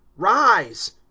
rise.